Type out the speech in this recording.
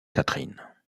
catherine